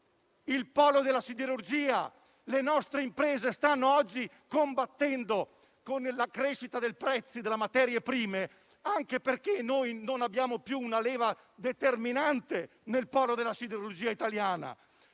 al polo della siderurgia. Le nostre imprese stanno oggi combattendo con la crescita dei prezzi delle materie prime, anche perché noi non abbiamo più una leva determinante nel polo della siderurgia italiana.